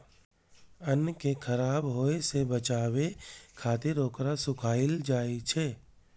अन्न कें खराब होय सं बचाबै खातिर ओकरा सुखायल जाइ छै